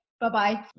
bye-bye